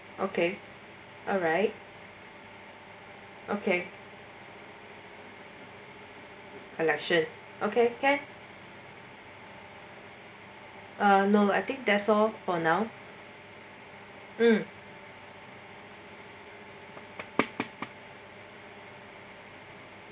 okay alright okay election okay can no I think that's all for now mm